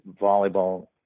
volleyball